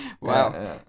Wow